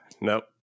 Nope